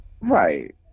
Right